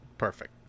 perfect